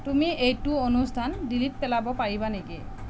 তুমি এইটো অনুষ্ঠান ডিলিট পেলাব পাৰিবা নেকি